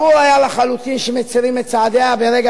ברור היה לחלוטין שמצרים את צעדיה ברגע